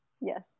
Yes